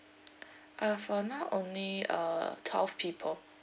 uh for now only uh twelve people